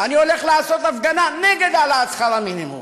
אני הולך לעשות הפגנה נגד העלאת שכר המינימום,